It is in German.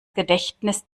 gedächtnis